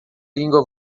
língua